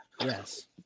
Yes